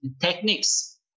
techniques